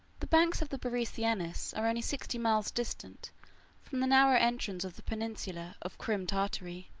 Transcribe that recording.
the banks of the borysthenes are only sixty miles distant from the narrow entrance of the peninsula of crim tartary,